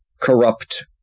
corrupt